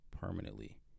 permanently